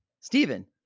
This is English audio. Stephen